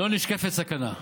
לא נשקפת סכנה.